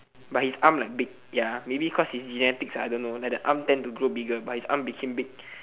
but his arm like big ya maybe cause his genetic I don't know like the arm then to grow bigger but his arm became big